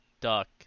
duck